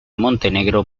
montenegro